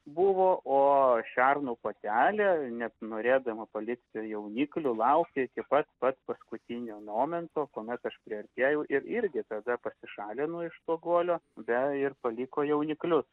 buvo o šerno patelė net norėdama palikti jauniklių laukė iki pat pat paskutinio momento kuomet aš priartėjau ir irgi tada pasišalino iš to guolio be ir paliko jauniklius